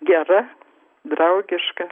gera draugiška